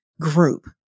group